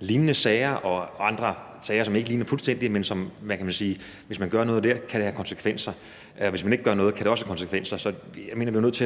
lignende sager og andre sager, som ikke ligner fuldstændig, men hvor det, hvis man gør noget der, kan have konsekvenser, og hvis man ikke gør noget, kan det også have konsekvenser. Så jeg mener, vi er nødt til både